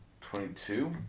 Twenty-two